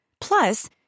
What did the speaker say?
Plus